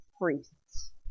priests